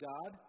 God